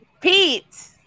Pete